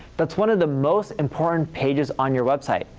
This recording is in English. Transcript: that's one of the most important pages on your website.